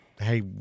Hey